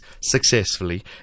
successfully